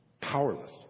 Powerless